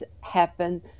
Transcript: happen